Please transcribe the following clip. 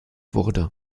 wurde